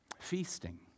feasting